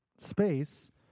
space